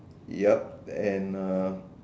yup and uh